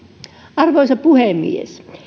arvoisa puhemies